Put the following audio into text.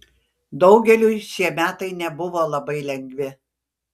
daugeliui šie metai nebuvo labai lengvi